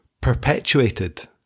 perpetuated